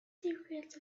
secrets